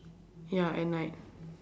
ya at night